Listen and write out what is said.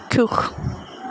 চাক্ষুষ